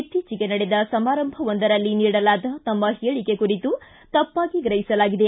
ಇತ್ತೀಚಿಗೆ ನಡೆದ ಸಮಾರಂಭವೊಂದರಲ್ಲಿ ನೀಡಲಾದ ತಮ್ಮ ಹೇಳಿಕೆ ಕುರಿತು ತಪ್ಪಾಗಿ ಗ್ರಹಿಸಲಾಗಿದೆ